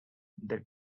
that